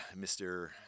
mr